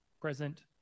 present